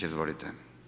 Izvolite.